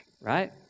right